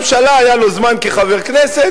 התחלפה הממשלה, היה לו זמן כחבר כנסת.